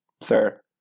sir